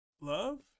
love